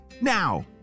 now